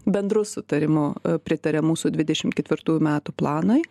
bendru sutarimu pritarė mūsų dvidešimt ketvirtųjų metų planui